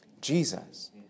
Jesus